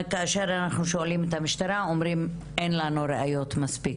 כדי שמי שאחראים במשרדים יידעו שהעניין לא רק לתפוס את הרוצח,